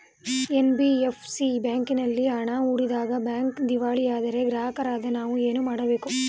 NBFC ಬ್ಯಾಂಕಿನಲ್ಲಿ ಹಣ ಹೂಡಿದಾಗ ಬ್ಯಾಂಕ್ ದಿವಾಳಿಯಾದರೆ ಗ್ರಾಹಕರಾದ ನಾವು ಏನು ಮಾಡಬೇಕು?